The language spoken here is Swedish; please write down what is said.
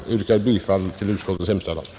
Jag yrkar bifall till utskottets hemställan.